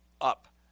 up